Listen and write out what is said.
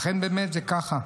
אכן, זה באמת כך.